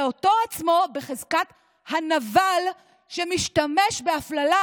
ואותו עצמו בחזקת הנבל שמשתמש בהפללה